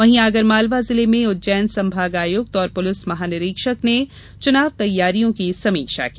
वहीं आगरमालवा जिले में उज्जैन संभाग आयुक्त और पुलिस महानिरीक्षक ने चुनाव तैयारियों की समीक्षा की